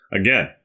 Again